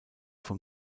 vom